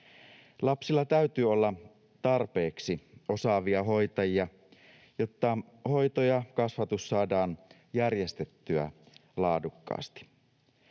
Lapsilla täytyy olla tarpeeksi osaavia hoitajia, jotta hoito ja kasvatus saadaan järjestettyä laadukkaasti.